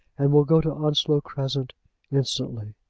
and will go to onslow crescent instantly.